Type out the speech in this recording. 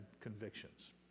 convictions